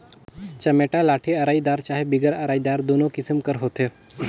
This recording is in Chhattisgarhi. चमेटा लाठी अरईदार चहे बिगर अरईदार दुनो किसिम कर होथे